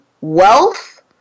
wealth